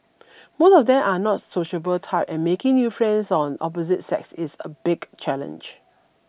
most of them are not sociable type and making new friends on opposite sex is a big challenge